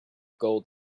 gold